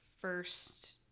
first